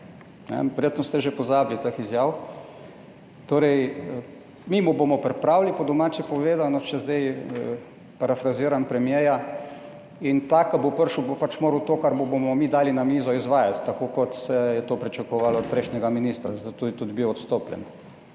Verjetno ste že pozabili teh izjav. Torej mi mu bomo pripravili, po domače povedano, če zdaj parafraziram premierja in ta, ki bo prišel, bo moral to, kar mu bomo mi dali na mizo, izvajati, tako kot se je to pričakovalo od prejšnjega ministra, zato je tudi bil odstopljen,